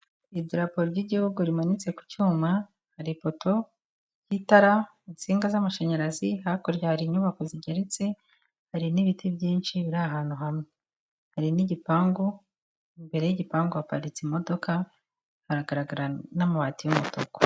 Idarapo ry'igihugu rimanitse ku cyuma hari ipoto y'itara, insinga z'amashanyarazi, hakurya hari inyubako zigeretse hari n'ibiti byinshi biri ahantu hamwe. Hari n'igipangu, imbere y'igipangu haparitse imodoka, hagaragara n'amabati y'umutuku.